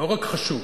לא רק חשוב.